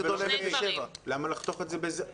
אבל למה לחתוך את זה בגיל הזה?